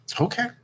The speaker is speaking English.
Okay